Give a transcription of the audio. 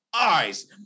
eyes